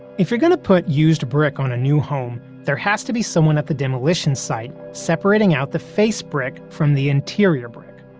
if you're gonna put used brick on a new home, there has to be someone at the demolition site separating out the face brick from the interior brick.